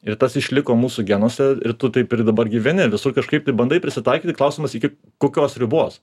ir tas išliko mūsų genuose ir tu taip ir dabar gyveni visur kažkaip tai bandai prisitaikyti klausimas iki kokios ribos